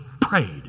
prayed